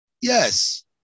yes